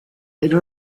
per